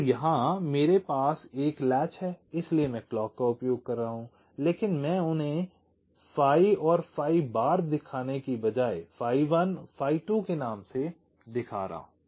तो यहाँ मेरे पास एक लैच है इसलिए मैं क्लॉक का उपयोग कर रहा हूं लेकिन मैं उन्हें phi और phi बार दिखने के बजाए phi 1 phi 2 के नाम से दिखा रहा हूँ